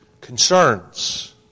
concerns